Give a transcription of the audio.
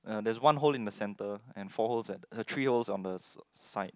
uh there is one hole in the centre and four holes at three holes on the side